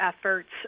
efforts